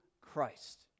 Christ